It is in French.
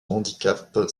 handicap